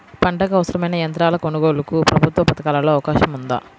పంటకు అవసరమైన యంత్రాల కొనగోలుకు ప్రభుత్వ పథకాలలో అవకాశం ఉందా?